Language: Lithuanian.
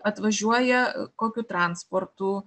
atvažiuoja kokiu transportu